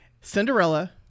Cinderella